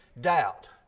doubt